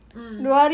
mm